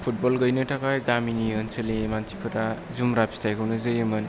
football गैयिनि थाखाय गामिनि ओनसोलनि मानसिफोरा जुमब्रा फिथाइखौनो जोयोमोन